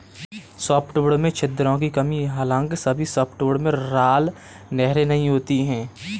softwood में छिद्रों की कमी हालांकि सभी सॉफ्टवुड में राल नहरें नहीं होती है